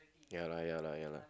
ya lah ya lah ya lah